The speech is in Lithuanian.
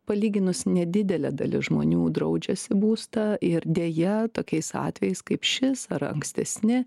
palyginus nedidelė dalis žmonių draudžiasi būstą ir deja tokiais atvejais kaip šis ar ankstesni